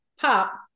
pop